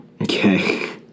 Okay